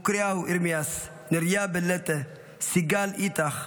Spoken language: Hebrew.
מקוריאו ארמיאס, נריה בלטה, סיגל איטח,